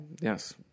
Yes